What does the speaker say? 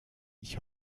ich